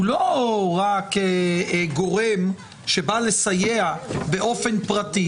הוא לא רק גורם שבא לסייע באופן פרטי.